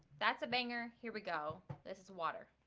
that's a banger. here we go. this is water